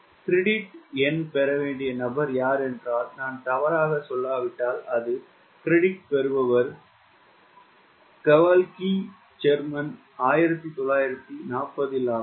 credit எண் பெற வேண்டிய நபர் யார் என்றால் நான் தவறாக இல்லாவிட்டால் கிரெடிட் பெறுவார் கவல்கி ஜெர்மன் 1940 ஆகும்